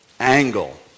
angle